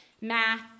math